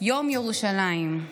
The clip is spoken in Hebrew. יום ירושלים,